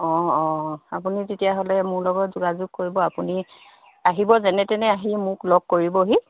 অঁ অঁ আপুনি তেতিয়াহ'লে মোৰ লগত যোগাযোগ কৰিব আপুনি আহিব যেনে তেনে আহি মোক লগ কৰিবহি